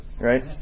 Right